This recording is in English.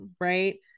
right